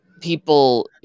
People